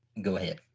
go ahead.